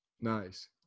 Nice